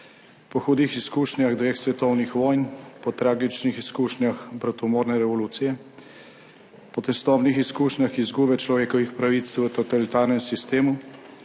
po hudih izkušnjah dveh svetovnih vojn, po tragičnih izkušnjah bratomorne revolucije, po tesnobnih izkušnjah izgube človekovih pravic v totalitarnem sistemu